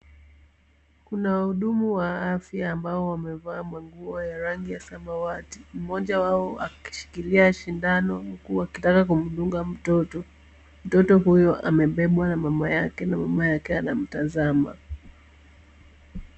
Kuna wahudumu wa afya ambao wamevaa manguo ya rangi ya samawati mmoja wao akishikilia sindano wakitaka kumdunga mtoto. Mtoto huyo amebebwa na mama yake na mama yake anamtazama.